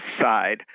side